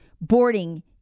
boarding